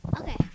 okay